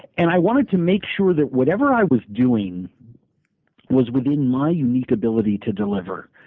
and i wanted to make sure that whatever i was doing was within my unique ability to deliver.